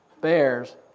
bears